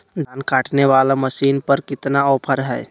धान काटने वाला मसीन पर कितना ऑफर हाय?